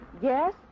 Yes